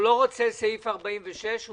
הוא לא רוצה אישור לעניין סעיף 46 אלא הוא